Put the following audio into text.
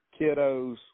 kiddos